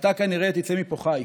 אתה כנראה תצא מפה חי,